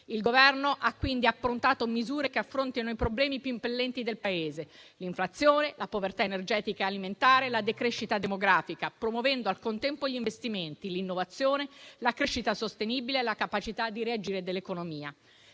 Il Governo ha quindi approntato misure che affrontano i problemi più impellenti del Paese: l'inflazione, la povertà energetica e alimentare, la decrescita demografica, promuovendo al contempo gli investimenti, l'innovazione, la crescita sostenibile e la capacità di reagire dell'economia.